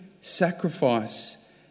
sacrifice